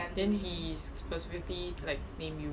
the he specifically like name you